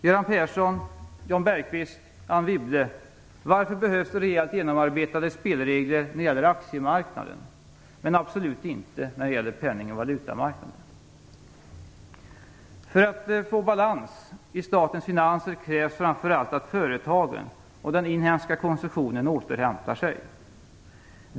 Göran Persson, Jan Bergqvist, Anne Wibble - varför behövs rejält genomarbetade spelregler när det gäller aktiemarknaden, men absolut inte när det gäller penning och valutamarknaden? För att få balans i statens finanser krävs framför allt att företagen och den inhemska konsumtionen återhämtar sig.